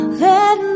let